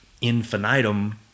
infinitum